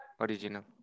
original